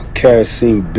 kerosene